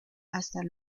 hasta